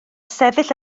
sefyll